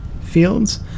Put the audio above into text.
fields